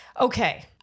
okay